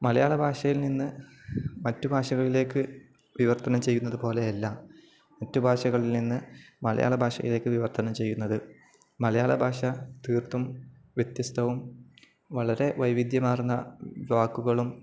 മലയാള ഭാഷയിൽ നിന്നു മറ്റു ഭാഷകളിലേക്കു വിവർത്തനം ചെയ്യുന്നതു പോലെയല്ല മറ്റു ഭാഷകളിൽ നിന്നു മലയാള ഭാഷയിലേക്കു വിവർത്തനം ചെയ്യുന്നത് മലയാള ഭാഷ തീർത്തും വ്യത്യസ്തവും വളരെ വൈവിധ്യമാര്ന്ന വാക്കുകളും